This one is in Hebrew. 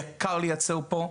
יקר לייצר פה,